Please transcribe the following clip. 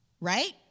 right